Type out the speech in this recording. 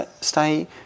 stay